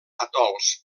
atols